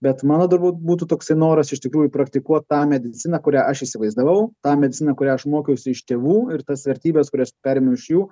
bet mano turbūt būtų toksai noras iš tikrųjų praktikuot tą mediciną kurią aš įsivaizdavau tą mediciną kurią aš mokiausi iš tėvų ir tas vertybes kurias perėmiau iš jų